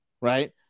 right